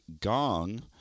gong